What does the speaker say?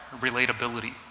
relatability